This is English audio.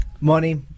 Money